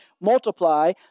multiply